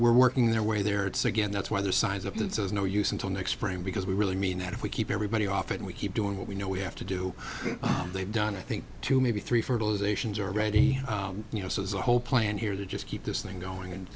we're working their way there it's again that's why there's signs up that says no use until next spring because we really mean that if we keep everybody off and we keep doing what we know we have to do they've done i think two maybe three fertilisation already you know so the whole plan here to just keep this thing going and